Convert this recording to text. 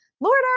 Lord